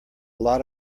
lot